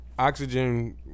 Oxygen